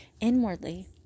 inwardly